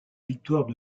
victoire